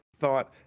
thought